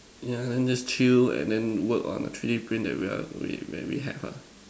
yeah then just chill and then work on the three D print that we are we we have ah